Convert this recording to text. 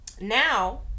now